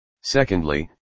Secondly